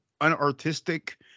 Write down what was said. unartistic